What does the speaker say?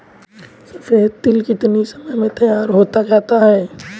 सफेद तिल कितनी समय में तैयार होता जाता है?